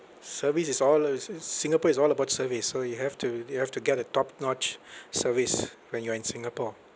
service is all over sing~ singapore is all about service so you have to you have to get the top notch service when you're in singapore